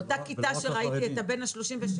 באותה כיתה שראיתי את בן ה-37,